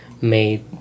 made